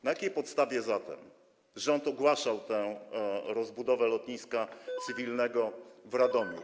Na jakiej podstawie zatem rząd ogłaszał rozbudowę lotniska cywilnego w Radomiu?